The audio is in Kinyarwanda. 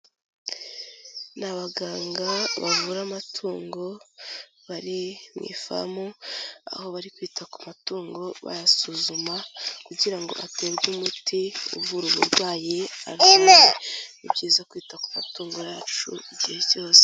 Ni abaganga bavura amatungo bari mu ifamu, aho bari kwita ku matungo bayasuzuma kugirango aterwe umuti uvura uburwayi arwaye. Ni ibyiza kwita ku matungo yacu igihe cyose.